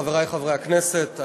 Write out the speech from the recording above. חברי חברי הכנסת,